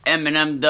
Eminem